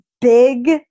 big